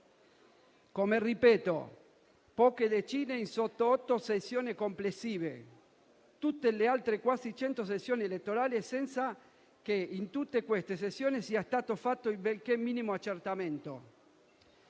(lo ripeto: poche decine in 68 sezioni complessive) a tutte le altre quasi cento sezioni elettorali, senza che in tutte queste sezioni sia stato fatto il benché minimo accertamento.